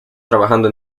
trabajando